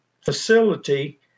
facility